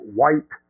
white